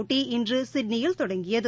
போட்டி இன்று சிட்னியில் தொடங்கியது